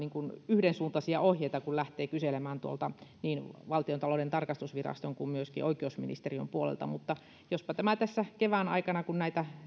yhdensuuntaisia ohjeita kun lähtee kyselemään niin valtiontalouden tarkastusviraston kuin myöskin oikeusministeriön puolelta mutta jospa tämä tässä kevään aikana kun näitä